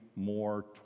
more